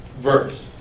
verse